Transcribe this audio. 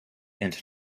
into